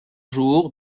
jour